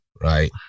right